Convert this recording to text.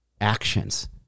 actions